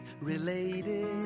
related